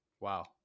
Wow